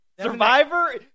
Survivor